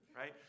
right